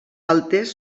altes